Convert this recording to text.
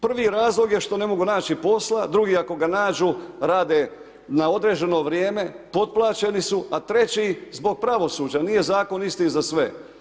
Prvi razlog je što ne mogu naći posla, drugi ako ga nađu, rade na određeno vrijeme, potplaćeni su, a treći zbog pravosuđa, nije Zakon isti za sve.